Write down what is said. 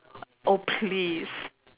oh please